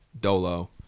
dolo